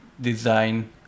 design